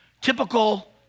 typical